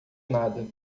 nada